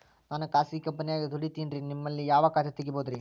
ನಾನು ಖಾಸಗಿ ಕಂಪನ್ಯಾಗ ದುಡಿತೇನ್ರಿ, ನಿಮ್ಮಲ್ಲಿ ಯಾವ ಖಾತೆ ತೆಗಿಬಹುದ್ರಿ?